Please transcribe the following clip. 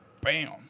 Bam